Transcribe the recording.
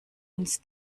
uns